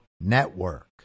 network